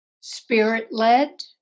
spirit-led